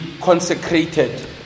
consecrated